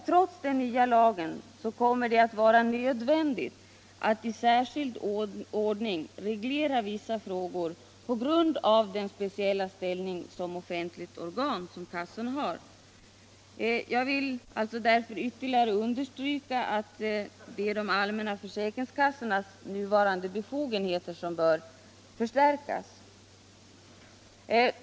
Trots den nya lagen kommer det att vara nödvändigt att i särskild ordning reglera vissa frågor, på grund av den speciella ställning som offentligt organ som kassorna har. Jag vill därför ytterligare understryka att det är de allmänna försäkringskassornas nuvarande befogenheter som bör förstärkas.